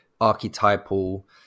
archetypal